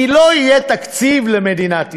כי לא יהיה תקציב למדינת ישראל.